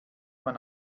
man